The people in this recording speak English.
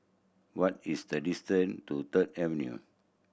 what is the distance to Third Avenue